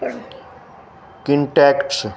contacts